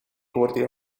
oordeel